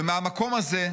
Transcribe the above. ומהמקום הזה,